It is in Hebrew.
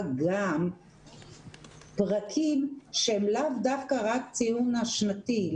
גם פרקים שהם לאו דווקא רק ציון שנתי,